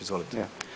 Izvolite.